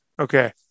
Okay